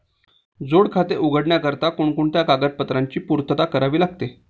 जोड खाते उघडण्याकरिता कोणकोणत्या कागदपत्रांची पूर्तता करावी लागते?